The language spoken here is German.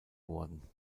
worden